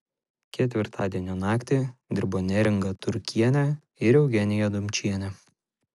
ketvirtadienio naktį dirbo neringa turkienė ir eugenija dumčienė